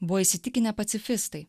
buvo įsitikinę pacifistai